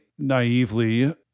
naively